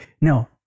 no